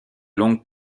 longues